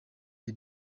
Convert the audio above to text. the